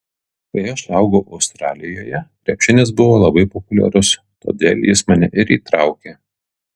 kai aš augau australijoje krepšinis buvo labai populiarus todėl jis mane ir įtraukė